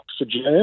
oxygen